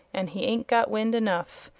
and he ain't got wind enough,